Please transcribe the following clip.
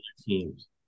teams